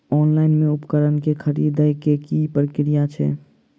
Online मे उपकरण केँ खरीदय केँ की प्रक्रिया छै?